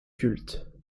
culte